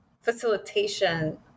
facilitation